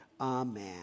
Amen